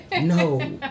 No